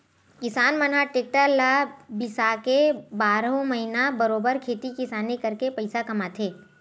किसान मन ह टेक्टर ल बिसाके बारहो महिना बरोबर खेती किसानी करके पइसा कमाथे